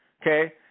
okay